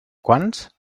quants